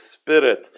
Spirit